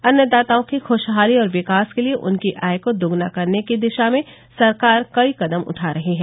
अन्नदाताओं की खुशहाली और विकास के लिये उनकी आय को दोगुना करने की दिशा में सरकार कई कदम उठा रही है